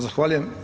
Zahvaljujem.